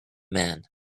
man